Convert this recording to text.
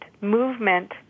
movement